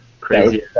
crazy